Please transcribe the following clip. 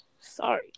Sorry